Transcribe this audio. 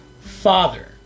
father